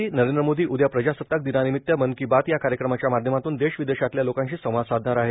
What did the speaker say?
प्रधानमंत्री नरेंद्र मोदी उद्या प्रजासताकदिनानिमित मन की बात या कार्यक्रमाच्या माध्यमातून देश विदेशातल्या लोकांशी संवाद साधणार आहेत